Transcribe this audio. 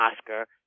Oscar